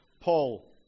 Paul